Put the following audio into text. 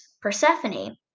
Persephone